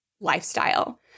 lifestyle